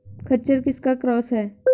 खच्चर किसका क्रास है?